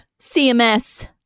CMS